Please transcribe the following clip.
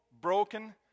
broken